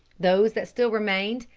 those that still remained,